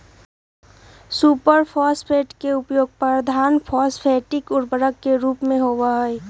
super phosphate के उपयोग प्रधान फॉस्फेटिक उर्वरक के रूप में होबा हई